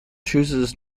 chooses